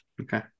Okay